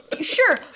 Sure